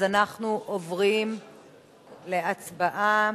אנחנו עוברים להצבעה.